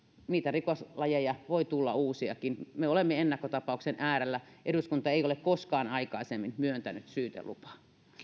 niitä rikoslajeja voi tulla uusiakin me olemme ennakkotapauksen äärellä eduskunta ei ole koskaan aikaisemmin myöntänyt syytelupaa